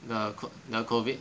the COVID